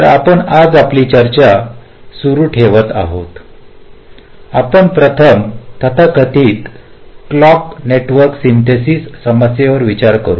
तर आपण आज आपली चर्चा सुरू ठेवत आहोत आपण प्रथम तथाकथित क्लॉक नेटवर्क सिन्थेसिसच्या समस्येवर विचार करू